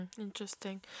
Interesting